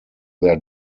their